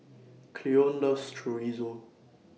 Cleone loves Chorizo